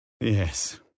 Yes